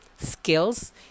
skills